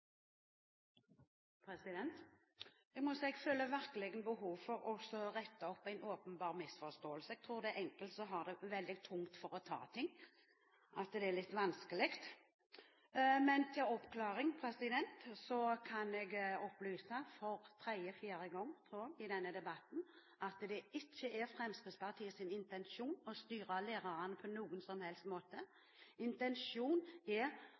Jeg føler virkelig et behov for å rette opp en åpenbar misforståelse. Jeg tror enkelte har veldig tungt for å ta ting, at det er litt vanskelig. Til oppklaring kan jeg opplyse – for tredje, fjerde gang i denne debatten – at det ikke er Fremskrittspartiets intensjon å styre lærerne på noen som helst måte. Intensjonen er